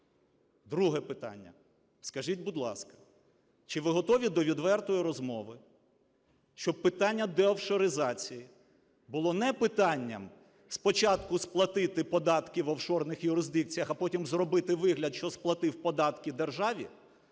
Друге питання. Скажіть, будь ласка, чи ви готові до відвертої розмови, щоб питання деофшоризації було не питанням спочатку сплатити податки в офшорних юрисдикціях, а потім зробити вигляд, що сплатив податки державі,